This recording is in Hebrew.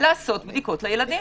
לעשות בדיקות לילדים.